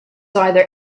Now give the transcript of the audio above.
either